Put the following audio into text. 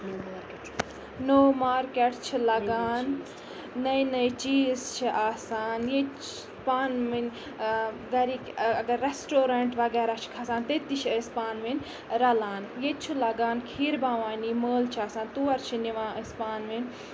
نوٚو مارکیٹ چھِ لَگان نٔے نٔے چیٖز چھِ آسان ییٚتہِ چھِ پانہٕ ؤنۍ گرِکۍ اَگر ریسٹورنٛٹ وغیرہ چھِ کھَسان تتہِ تہِ چھِ أسۍ پانہٕ ؤنۍ رَلان ییٚتہِ چھُ لَگان خیٖر بَھوانی مٲلہٕ چھِ آسان تور چھِ نِوان أسۍ پانہٕ ؤنۍ